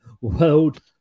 World